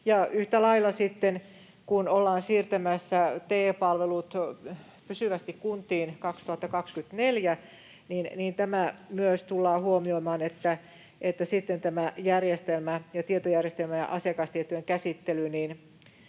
Yhtä lailla sitten, kun ollaan siirtämässä TE-palvelut pysyvästi kuntiin 2024, tämä myös tullaan huomioimaan, että sitten tämä tietojärjestelmä ja asiakastietojen käsittely